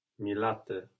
-milate